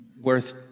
worth